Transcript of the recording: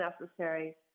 necessary